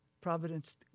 providence